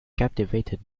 captivated